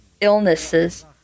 illnesses